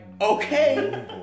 okay